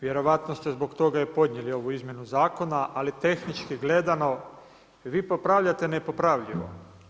Vjerojatno ste zbog toga i podnijeli ovu izmjenu zakona, ali tehnički gledano vi popravljate nepopravljivo.